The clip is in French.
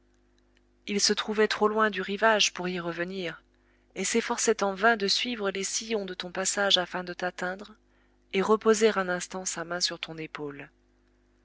il se trouvait trop loin du rivage pour y revenir et s'efforçait en vain de suivre les sillons de ton passage afin de t'atteindre et reposer un instant sa main sur ton épaule